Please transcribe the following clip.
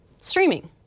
streaming